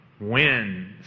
wins